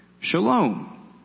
Shalom